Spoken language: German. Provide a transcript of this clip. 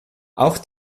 auch